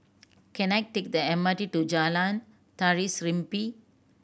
can I take the M R T to Jalan Tari Serimpi